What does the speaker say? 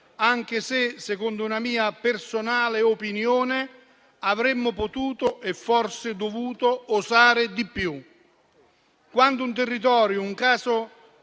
anche se, secondo una mia personale opinione, avremmo potuto e forse dovuto osare di più. Quando un territorio, nel caso